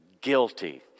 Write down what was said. guilty